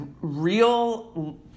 real